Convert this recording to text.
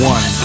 One